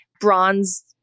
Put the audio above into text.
Bronze